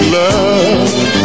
love